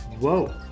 Whoa